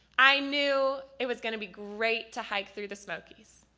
i knew it was going to be great to hike through the smokey's.